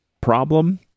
problem